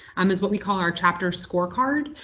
um is what we call our chapter scorecard.